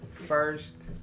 first